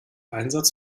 einsatz